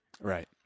Right